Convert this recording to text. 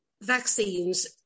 vaccines